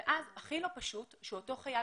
ואז הכי לא פשוט זה שאותו חייל,